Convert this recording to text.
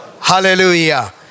Hallelujah